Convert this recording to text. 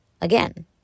again